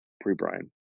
pre-Brian